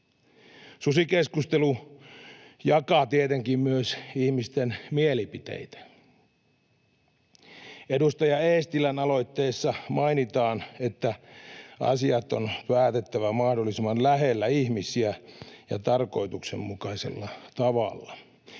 Susikeskustelu jakaa tietenkin myös ihmisten mielipiteitä. Edustaja Eestilän aloitteessa mainitaan, että asiat on päätettävä mahdollisimman lähellä ihmisiä ja tarkoituksenmukaisella tavalla.